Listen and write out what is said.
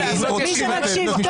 מעמידים לדין על זה.